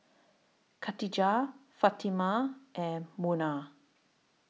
Katijah Fatimah and Munah